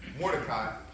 Mordecai